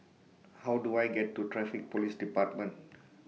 How Do I get to Traffic Police department